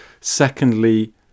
Secondly